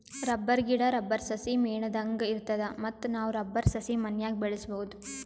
rubber ಗಿಡಾ, rubber ಸಸಿ ಮೇಣದಂಗ್ ಇರ್ತದ ಮತ್ತ್ ನಾವ್ ರಬ್ಬರ್ ಸಸಿ ಮನ್ಯಾಗ್ ಬೆಳ್ಸಬಹುದ್